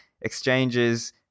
exchanges